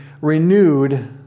renewed